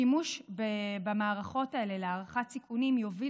שימוש במערכות האלה להערכת סיכונים יוביל